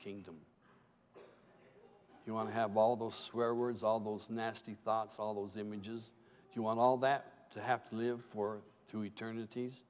kingdom you want to have all those swear words all those nasty thoughts all those images you want all that to have to live for two eternit